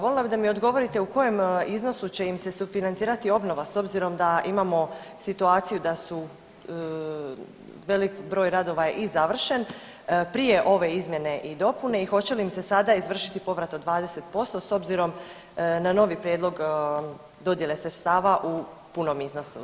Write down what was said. Voljela bih da mi odgovorite u kojem iznosu će im se sufinancirati obnova s obzirom da imamo situaciju da su velik broj radova je i završen prije ove izmjene i dopune i hoće li im se sada izvršiti povrat od 20% s obzirom na novi prijedlog dodjele sredstava u punom iznosu.